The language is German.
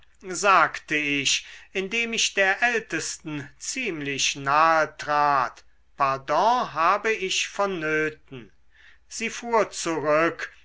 sagte ich indem ich der ältesten ziemlich nahe trat pardon habe ich vonnöten sie fuhr zurück